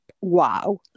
Wow